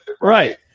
Right